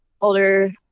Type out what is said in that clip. older